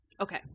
Okay